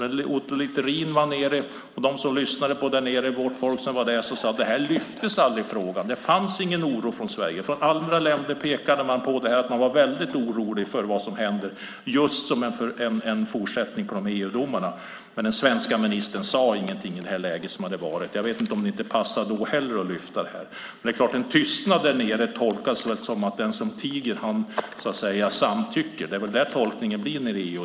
Sven Otto Littorin var där nere, och de som lyssnade sade att denna fråga aldrig lyftes fram. Det fanns ingen oro från Sverige. Från andra länder pekade man på att man var väldigt orolig för vad som händer som en fortsättning på dessa EU-domar. Men den svenska ministern sade ingenting i detta läge. Jag vet inte om det inte passade att lyfta fram detta då heller. Men en tystnad där nere tolkas väl som att den som tiger samtycker. Det är väl det som blir tolkningen i EU.